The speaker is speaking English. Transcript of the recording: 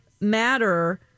matter